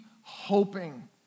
hoping